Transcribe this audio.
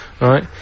Right